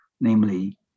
Namely